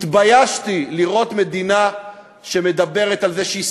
התביישתי לראות מדינה שמדברת על זה שהיא